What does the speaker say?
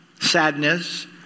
sadness